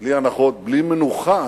בלי הנחות ובלי מנוחה.